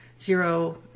Zero